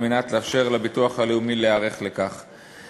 על מנת לאפשר לביטוח הלאומי להיערך לכך.